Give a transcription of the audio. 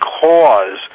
cause